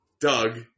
Doug